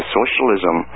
socialism